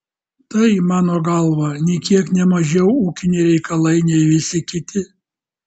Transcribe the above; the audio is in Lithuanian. tai mano galva nė kiek ne mažiau ūkiniai reikalai nei visi kiti